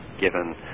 given